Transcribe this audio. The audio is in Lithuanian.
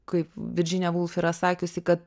kaip virdžinija vulf yra sakiusi kad